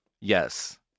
Yes